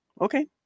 Okay